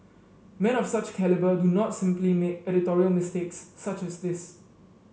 men of such calibre do not simply make editorial mistakes such as this